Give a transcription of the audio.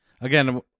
again